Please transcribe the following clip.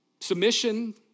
Submission